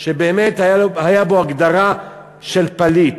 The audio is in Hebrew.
שבאמת היה בו הגדרה של פליט,